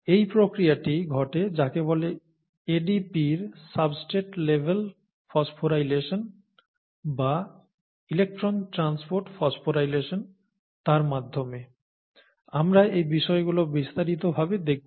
এই প্রক্রিয়াটি ঘটে যাকে বলে ADP র সাবস্ট্রেট লেভেল ফসফোরাইলেশন বা ইলেকট্রন ট্রান্সপোর্ট ফসফোরাইলেশন তার মাধ্যমে আমরা এই বিষয়গুলো বিস্তারিত ভাবে দেখব